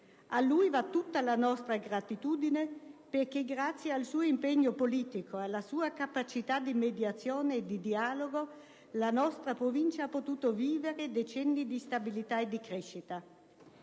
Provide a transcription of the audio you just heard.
A lui va tutta la nostra gratitudine perché, grazie al suo impegno politico e alla sua capacità di mediazione e di dialogo, la nostra Provincia ha potuto vivere decenni di stabilità e di crescita.